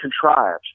contrived